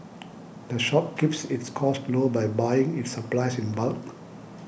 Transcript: the shop keeps its costs low by buying its supplies in bulk